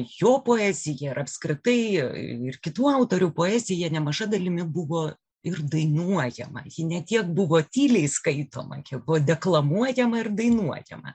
jo poezija ir apskritai ir kitų autorių poezija nemaža dalimi buvo ir dainuojama ji ne tiek buvo tyliai skaito kiek buvo deklamuojama ir dainuojama